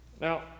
Now